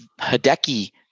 Hideki